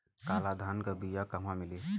काला धान क बिया कहवा मिली?